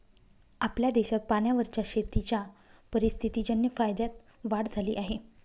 आपल्या देशात पाण्यावरच्या शेतीच्या परिस्थितीजन्य फायद्यात वाढ झाली आहे